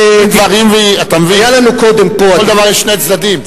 דברים, ולכל דבר יש שני צדדים.